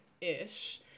ish